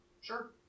Sure